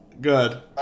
Good